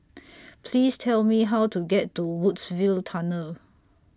Please Tell Me How to get to Woodsville Tunnel